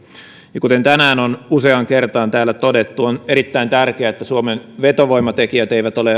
kuten tänään on useaan kertaan täällä todettu on erittäin tärkeää että suomen vetovoimatekijät eivät ole